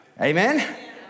Amen